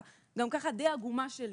גם ככה הדי עגומה שלי.